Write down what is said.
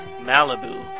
Malibu